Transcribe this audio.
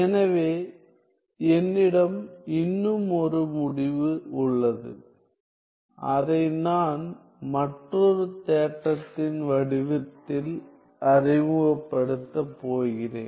எனவே என்னிடம் இன்னும் ஒரு முடிவு உள்ளது அதை நான் மற்றொரு தேற்றத்தின் வடிவத்தில் அறிமுகப்படுத்தப் போகிறேன்